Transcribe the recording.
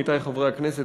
עמיתי חברי הכנסת,